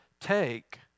Take